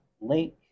lake